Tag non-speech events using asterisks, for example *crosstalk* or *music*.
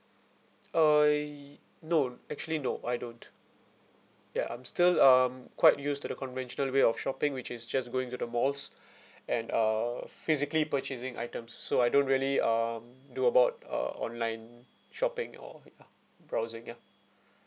uh ye~ no actually no I don't ya I'm still um quite used to the conventional way of shopping which is just going to the malls *breath* and uh physically purchasing items so I don't really um do about uh online shopping or ya browsing ya